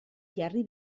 jarri